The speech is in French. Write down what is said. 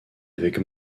avec